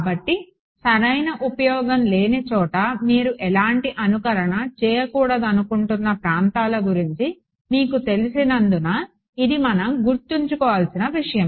కాబట్టి సరైన ఉపయోగం లేని చోట మీరు ఎలాంటి అనుకరణ చేయకూడదనుకుంటున్న ప్రాంతాల గురించి మీకు తెలిసినందున ఇది మనం గుర్తుంచుకోవలసిన విషయం